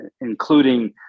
including